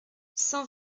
cent